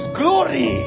glory